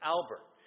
Albert